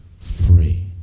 free